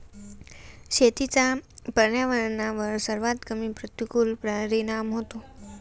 शेतीचा पर्यावरणावर सर्वात कमी प्रतिकूल परिणाम होतो